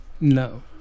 no